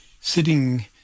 sitting